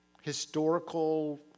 historical